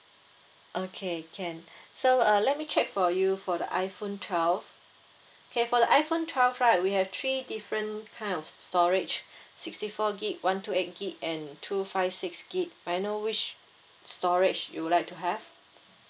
okay can so uh let me check for you for the iphone twelve okay for the iphone twelve right we have three different kind of storage sixty four G_B one two eight G_B and two five six G_B may I know which storage you would like to have